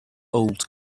old